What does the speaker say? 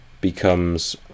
becomes